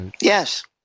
Yes